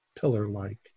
pillar-like